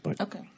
Okay